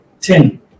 Ten